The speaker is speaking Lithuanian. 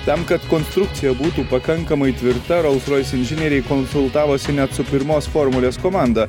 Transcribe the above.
tam kad konstrukcija būtų pakankamai tvirta rolls royce inžinieriai konsultavosi net su pirmos formulės komanda